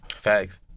Facts